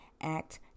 act